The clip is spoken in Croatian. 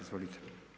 Izvolite.